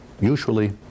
Usually